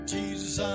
Jesus